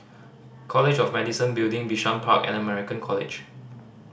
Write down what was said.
College of Medicine Building Bishan Park and American College